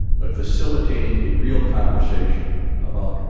but facilitating a real conversation about.